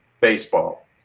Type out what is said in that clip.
baseball